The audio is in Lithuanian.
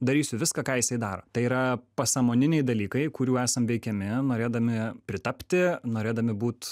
darysiu viską ką jisai daro tai yra pasąmoniniai dalykai kurių esam veikiami norėdami pritapti norėdami būt